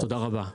תודה רבה.